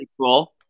cool